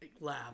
lab